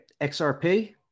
XRP